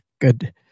Good